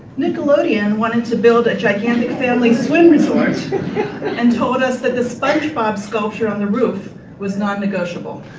nickelodeon wanted to build a gigantic family swim resort and told us that the spongebob sculpture on the roof was non-negotiable.